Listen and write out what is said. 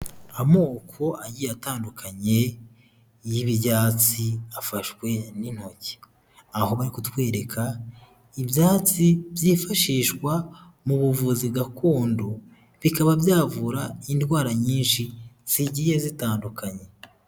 Amoko agiye atandukanye y'ibyatsi afashwe n'intoki, aho bari kutwereka ibyatsi byifashishwa mu buvuzi gakondo bikaba byavura indwara nyinshi zigiye zitandukanye.